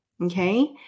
Okay